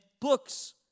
books